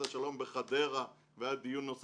כבר 17 פעמים להשתמש בחוק הזה והבקשה נדחתה,